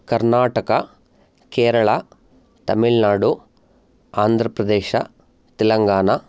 Karnataka Kerala Tamil Nadu Andhra Pradesh Telangana